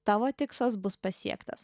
tavo tikslas bus pasiektas